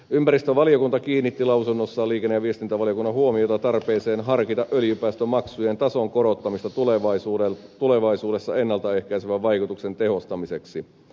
ympäristövaliokunta kiinnitti lausunnossaan liikenne ja viestintävaliokunnan huomiota tarpeeseen harkita öljypäästömaksujen tason korottamista tulevaisuudessa ennalta ehkäisevän vaikutuksen tehostamiseksi